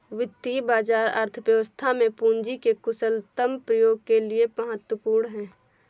वित्तीय बाजार अर्थव्यवस्था में पूंजी के कुशलतम प्रयोग के लिए महत्वपूर्ण है